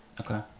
Okay